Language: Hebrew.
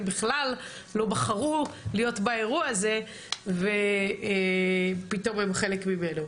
בכלל לא בחרו להיות באירוע הזה ופתאום הם חלק ממנו.